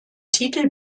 titel